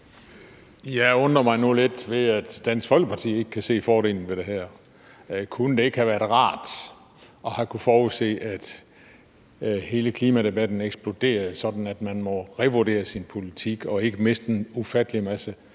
Jeg undrer mig nu lidt over, at Dansk Folkeparti ikke kan se fordelen ved det her. Kunne det ikke have været rart at have kunnet forudse, at hele klimadebatten eksploderede, sådan at man må revurdere sin politik og ikke miste ufattelig mange